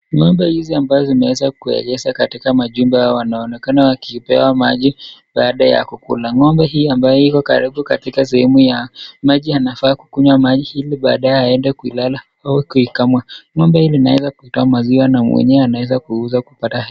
Ngombe hizi ambazo zimeweza kuegeza kwenye majumba yao wanaonekana wakipewa maji, baada ya kukula, ngombe hii ambayo iko karibu sehemu ya, maji anafaa kukunywa maji hili baadae aende kulala au kuikamua, ngombe hili linaweza kuitoa maziwa na mwenyewe anaweza kuiuza kupata hela.